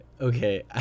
Okay